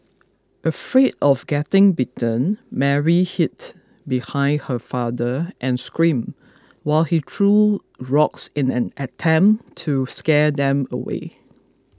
afraid of getting bitten Mary hid behind her father and screamed while he threw rocks in an attempt to scare them away